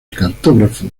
cartógrafo